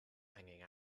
hanging